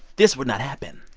this would not happen?